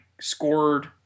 scored